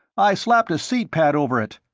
i slapped a seat pad over it.